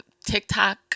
TikTok